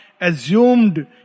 assumed